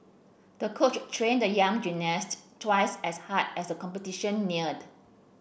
the coach trained the young gymnast twice as hard as the competition neared